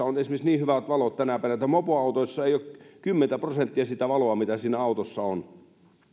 on esimerkiksi niin hyvät valot tänäpänä että mopoautoissa ei ole kymmentä prosenttia sitä valoa mitä siinä autossa on